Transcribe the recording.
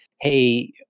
hey